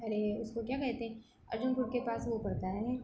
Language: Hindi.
अरे उसको क्या कहते हैं अर्जुनपुर के पास वह पड़ता है